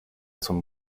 zum